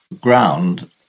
ground